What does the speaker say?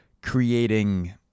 creating